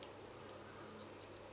mm